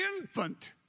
infant